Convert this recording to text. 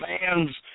fans